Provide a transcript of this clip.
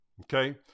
okay